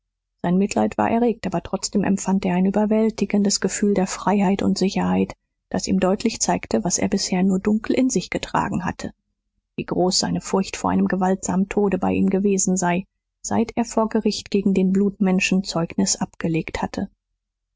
sein mitleid war erregt aber trotzdem empfand er ein überwältigendes gefühl der freiheit und sicherheit das ihm deutlich zeigte was er bisher nur dunkel in sich getragen hatte wie groß seine furcht vor einem gewaltsamen tode bei ihm gewesen sei seit er vor gericht gegen den blutmenschen zeugnis abgelegt hatte